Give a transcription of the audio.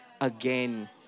again